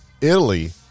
Italy